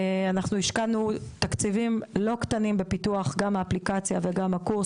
אנחנו השקענו תקציבים לא קטנים בפיתוח האפליקציה והקורס